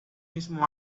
mismo